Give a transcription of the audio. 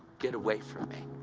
get away from me!